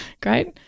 great